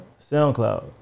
SoundCloud